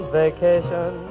vacation